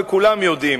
וכולם יודעים,